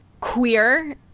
queer